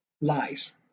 lies